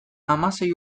hamasei